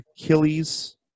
Achilles